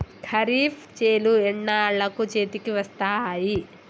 ఖరీఫ్ చేలు ఎన్నాళ్ళకు చేతికి వస్తాయి?